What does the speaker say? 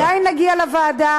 עדיין נגיע לוועדה.